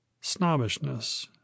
Snobbishness